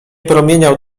promieniał